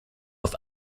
auf